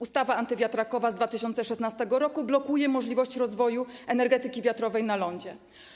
Ustawa antywiatrakowa z 2016 r. blokuje możliwość rozwoju energetyki wiatrowej na lądzie.